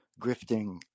grifting